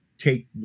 take